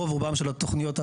רוב רובן של התוכניות,